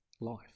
life